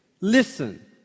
listen